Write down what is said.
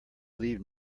leave